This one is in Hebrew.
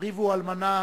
ריבו אלמנה,